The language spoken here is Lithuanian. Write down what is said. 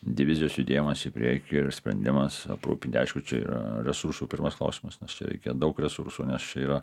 divizijos judėjimas į priekį ir sprendimas aprūpinti aišku čia yra resursų pirmas klausimas nes čia reikia daug resursų nes čia yra